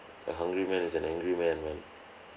a hungry man is an angry man man